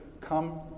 come